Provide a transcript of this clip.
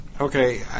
Okay